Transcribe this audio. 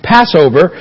Passover